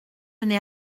n’ai